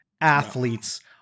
athletes